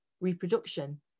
reproduction